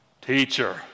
teacher